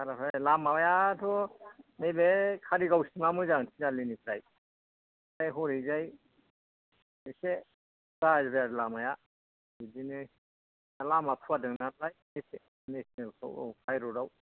लामायाथ' नैबे खारिगावसिमआ मोजां थिनालिनिफ्राय ओमफ्राय हरैजाय एसे गाज्रि आरो लामाया बिदिनो लामा फुवारदों नालाय नेसनेल खौ औ हाय र'द आव